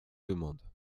demande